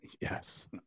Yes